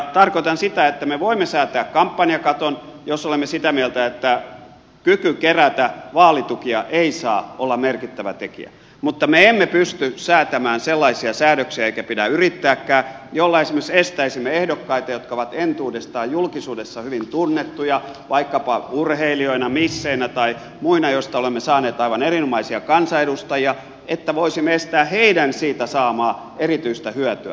tarkoitan sitä että me voimme säätää kampanjakaton jos olemme sitä mieltä että kyky kerätä vaalitukia ei saa olla merkittävä tekijä mutta me emme pysty säätämään sellaisia säädöksiä eikä pidä yrittääkään joilla esimerkiksi estäisimme ehdokkaita jotka ovat entuudestaan julkisuudessa hyvin tunnettuja vaikkapa urheilijoina misseinä tai muina joista olemme saaneet aivan erinomaisia kansanedustajia että voisimme estää heidän siitä saamaansa erityistä hyötyä